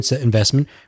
investment